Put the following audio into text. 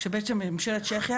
כשבעצם ממשלת צ'כיה